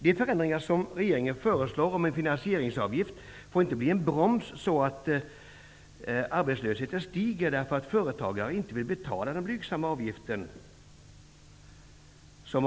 De förändringar som regeringen föreslår om en finansieringsavgift får inte bli en broms som gör att arbetslösheten stiger därför att företagare inte vill betala den blygsamma avgiften.